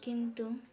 କିନ୍ତୁ